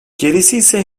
gerisiyse